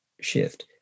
shift